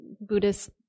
Buddhist